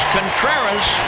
Contreras